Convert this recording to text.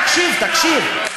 תקשיב, תקשיב.